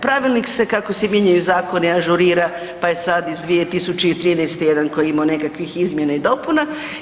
Pravilnik se kako se mijenjaju zakoni ažurira pa je sad iz 2013. jedan koji je imao nekakvih izmjena i dopuna.